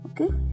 Okay